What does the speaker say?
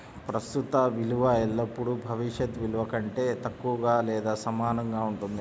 ప్రస్తుత విలువ ఎల్లప్పుడూ భవిష్యత్ విలువ కంటే తక్కువగా లేదా సమానంగా ఉంటుంది